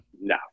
No